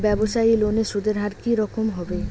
ব্যবসায়ী লোনে সুদের হার কি রকম হবে?